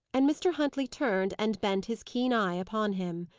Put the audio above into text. and mr. huntley turned and bent his keen eye upon him.